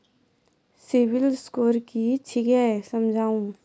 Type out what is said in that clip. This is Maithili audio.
सिविल स्कोर कि छियै समझाऊ?